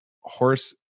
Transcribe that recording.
horse